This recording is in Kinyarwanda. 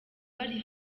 bari